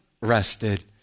rested